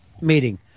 meeting